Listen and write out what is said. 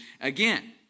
again